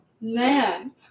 Man